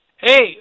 Hey